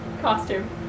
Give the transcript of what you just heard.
costume